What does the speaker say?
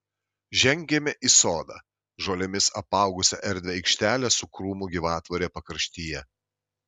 žengėme į sodą žolėmis apaugusią erdvią aikštelę su krūmų gyvatvore pakraštyje